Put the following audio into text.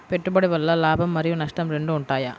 పెట్టుబడి వల్ల లాభం మరియు నష్టం రెండు ఉంటాయా?